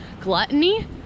gluttony